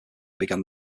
began